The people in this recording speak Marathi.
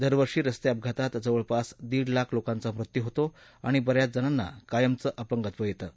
दरवर्षी रस्ते अपघातात जवळपास दीड लाख लोकांचा मृत्यू होतो आणि ब याच जणांना कायमचं अपंगत्व येतं